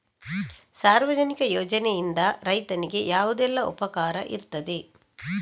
ಸಾರ್ವಜನಿಕ ಯೋಜನೆಯಿಂದ ರೈತನಿಗೆ ಯಾವುದೆಲ್ಲ ಉಪಕಾರ ಇರ್ತದೆ?